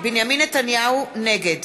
נתניהו, נגד